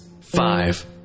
five